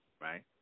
Right